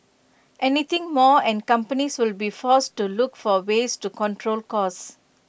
anything more and companies will be forced to look for ways to control costs